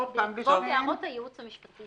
בעקבות הערות הייעוץ המשפטי של הוועדה.